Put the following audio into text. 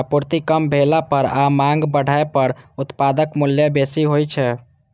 आपूर्ति कम भेला पर आ मांग बढ़ै पर उत्पादक मूल्य बेसी होइ छै